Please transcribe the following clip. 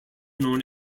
known